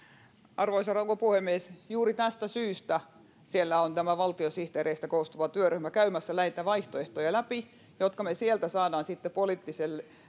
arvoisa rouva puhemies juuri tästä syystä siellä on valtiosihteereistä koostuva työryhmä käymässä vaihtoehtoja läpi jotta me saamme sitten poliittiselle